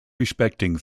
respecting